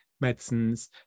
medicines